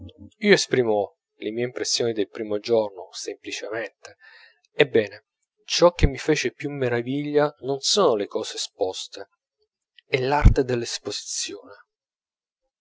io esprimo le mie impressioni del primo giorno semplicemente ebbene ciò che mi fece più meraviglia non sono le cose esposte è l'arte dell'esposizione